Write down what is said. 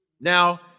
Now